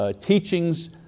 teachings